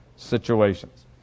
situations